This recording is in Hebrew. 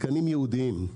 ייעודיים.